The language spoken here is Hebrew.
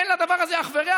אין לדבר הזה אח ורע.